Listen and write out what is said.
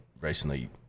recently